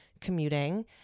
commuting